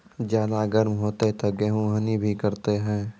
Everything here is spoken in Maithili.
ज्यादा गर्म होते ता गेहूँ हनी भी करता है?